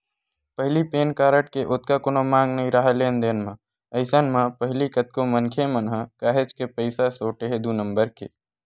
पहिली PAN card के ओतका कोनो मांग नइ राहय लेन देन म, अइसन म पहिली कतको मनखे मन ह काहेच के पइसा सोटे हे दू नंबर के